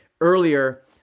earlier